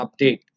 update